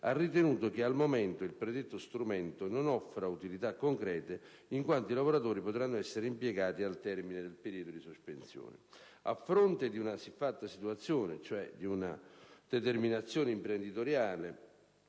ha ritenuto che, al momento, il predetto strumento non offra utilità concrete in quanto i lavoratori potranno essere impiegati al termine del periodo di sospensione. A fronte di una siffatta situazione, cioè di una determinazione imprenditoriale